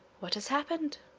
what has happened?